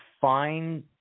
find